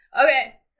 Okay